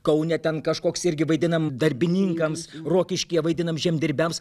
kaune ten kažkoks irgi vaidinam darbininkams rokiškyje vaidinam žemdirbiams